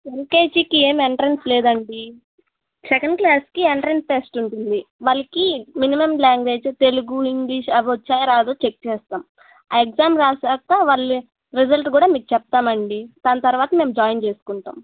ఎల్కేజీకి ఏం ఎంట్రెన్స్ లేదండి సెకండ్ క్లాస్కి ఎంట్రెన్స్ టెస్ట్ ఉంటుంది వాళ్ళకి మినిమం లాంగ్వేజ్ తెలుగు ఇంగ్లీష్ అవి వచ్చో రాదో చెక్ చేస్తాం ఆ ఎగ్జామ్ రాసాక వాళ్ళ రిజల్ట్ కూడా మీకు చెప్తామండి దాని తర్వాత మేము జాయిన్ చేసుకుంటాం